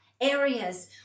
areas